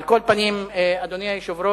על כל פנים, אדוני היושב-ראש,